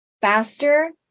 faster